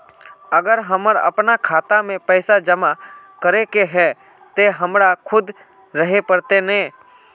अगर हमर अपना खाता में पैसा जमा करे के है ते हमरा खुद रहे पड़ते ने?